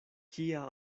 kia